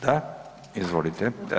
Da, izvolite.